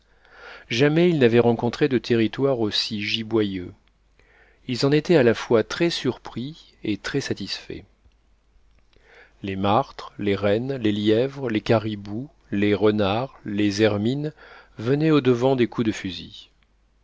jamais ils n'avaient rencontré de territoire aussi giboyeux ils en étaient à la fois très surpris et très satisfaits les martres les rennes les lièvres les caribous les renards les hermines venaient au-devant des coups de fusil